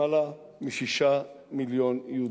למעלה מ-6 מיליון יהודים,